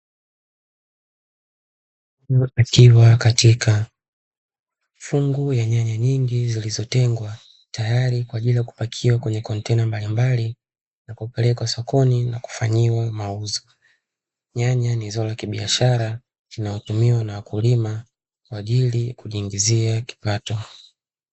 Mtu akiwa katika fungu ya nyanya nyingi zilizotengwa tayari kwa ajili ya kupakiwa kwenye kontena mbalimbali na kupelekwa sokoni na kufanyiwa mauzo. Nyanya ni zao la kibiashara linalotumiwa na wakulima kwa ajili ya kujiingizia kipato.